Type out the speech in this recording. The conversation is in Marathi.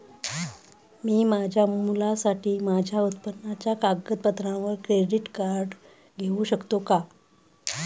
मी माझ्या मुलासाठी माझ्या उत्पन्नाच्या कागदपत्रांवर क्रेडिट कार्ड घेऊ शकतो का?